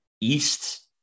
East